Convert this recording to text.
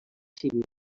civil